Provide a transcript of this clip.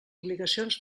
obligacions